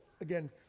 again